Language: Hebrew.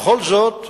וכל זאת,